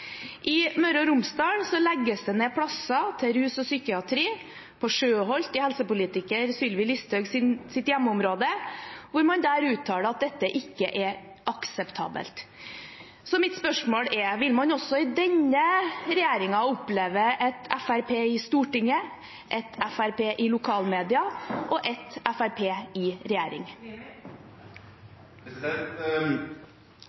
I Møre og Romsdal legges det ned plasser til rus og psykiatri, på Sjøholt i helsepolitiker Sylvi Listhaugs hjemmeområde, hvor man uttaler at dette ikke er akseptabelt. Så mitt spørsmål er: Vil man også i denne regjeringen oppleve ett FrP i Stortinget, ett FrP i lokalmedia og ett FrP i regjering?